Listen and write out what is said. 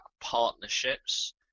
partnerships